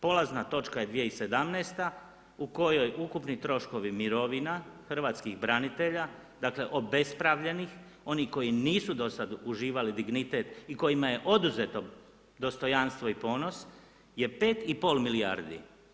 Polazna točka je 2017. u kojoj ukupni troškovi mirovina hrvatskih branitelja dakle obespravljenih onih koji nisu do sada uživali dignitet i kojima je oduzeto dostojanstvo i ponos je 5 i pol milijardi.